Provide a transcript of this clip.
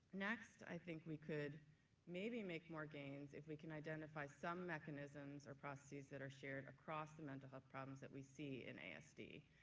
next i think we could maybe make more gains if we can identify some mechanisms or processes that are shared across the mental health problems that we see in asd.